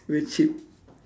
very cheap